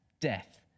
death